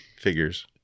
figures